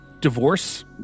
divorce